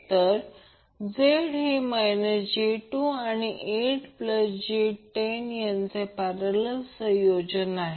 तर Z हे j2 आणि 8j10 यांचे पॅरलल संयोजन आहे